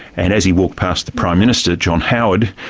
and as he walked past the prime minister, john howard,